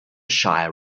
shire